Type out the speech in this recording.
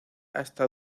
hasta